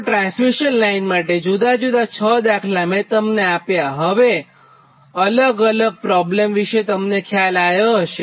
તો transmission line માટે જુદા જુદા છ દાખલા મેં તમને આપ્યા અને તમને હવે અલગ અલગ પ્રોબ્લેમ વિષે ખ્યાલ આવ્યો હશે